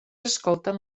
escolten